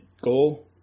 goal